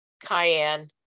cayenne